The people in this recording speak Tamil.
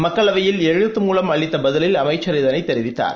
மக்களவையில் எழுத்து மூலம் அளித்த பதிலில் அமைச்சர் இதனை தெரிவித்தார்